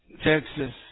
Texas